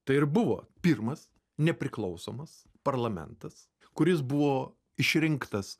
tai ir buvo pirmas nepriklausomas parlamentas kuris buvo išrinktas